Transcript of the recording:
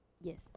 Yes